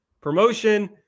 promotion